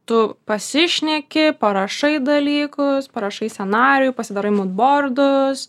tu pasišneki parašai dalykus parašai scenarijų pasidarai mūdbordus